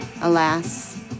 Alas